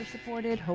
supported